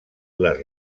les